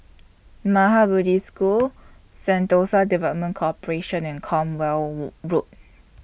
Maha Bodhi School Sentosa Development Corporation and Cornwall Road